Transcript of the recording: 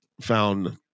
found